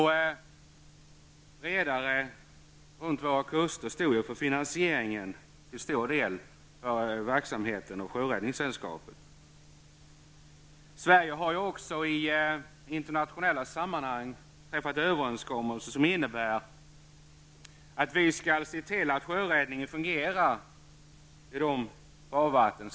Redare runt våra kuster stod till stor del för finansieringen av verksamheten inom Sverige har också i internationella sammanhang träffat överenskommelser som innebär att vi skall se till att sjöräddningen fungerar i de svenska farvattnen.